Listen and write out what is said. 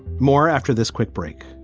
more after this quick break